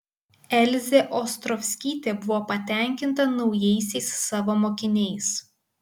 elzė ostrovskytė buvo patenkinta naujaisiais savo mokiniais